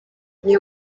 niyo